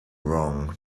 wrong